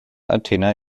athener